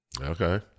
Okay